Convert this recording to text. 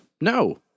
No